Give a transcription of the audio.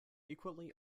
equally